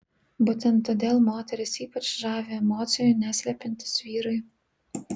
būtent todėl moteris ypač žavi emocijų neslepiantys vyrai